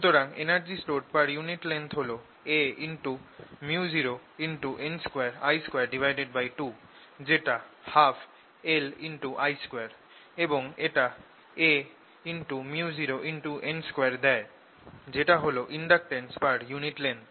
সুতরাং energy stored per unit length হল aµ0n2I22 যেটা 12LI2 এবং এটা aµ0n2 দেয় যেটা হল ইন্ডাকটেন্স পার ইউনিট লেংথ